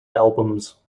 albums